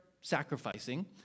sacrificing